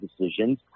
decisions